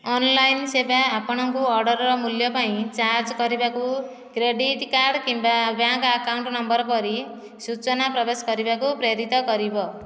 online ସେବା ଆପଣଙ୍କୁ ଅର୍ଡରର ମୂଲ୍ୟ ପାଇଁ ଚାର୍ଜ କରିବାକୁ କ୍ରେଡିଟ୍ କାର୍ଡ କିମ୍ୱା ବ୍ୟାଙ୍କ ଆକାଉଣ୍ଟ ନମ୍ଵର ପରି ସୂଚନା ପ୍ରବେଶ କରିବାକୁ ପ୍ରେରିତ କରିବ